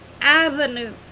Avenue